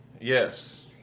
yes